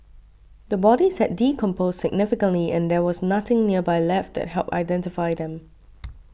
the bodies had decomposed significantly and there was nothing nearby left that helped identify them